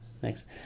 Thanks